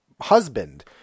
Husband